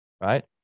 right